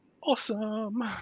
awesome